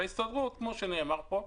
ההסתדרות, כפי שנאמר פה,